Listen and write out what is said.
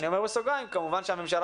ואני אומר בסוגריים: כמובן שהממשלה